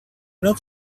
not